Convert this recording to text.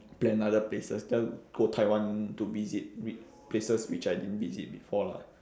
plan other places just go taiwan to visit places which I didn't visit before lah